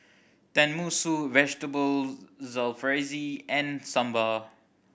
Tenmusu Vegetable Jalfrezi and Sambar